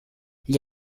gli